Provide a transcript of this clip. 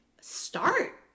start